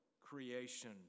creation